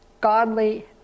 godly